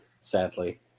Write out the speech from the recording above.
Sadly